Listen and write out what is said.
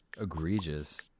Egregious